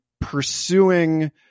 pursuing